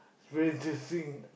very interesting